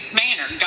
manner